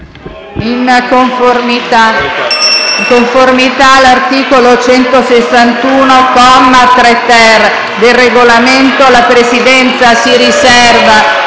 In conformità all'articolo 161, comma 3*-ter* del Regolamento, la Presidenza si riserva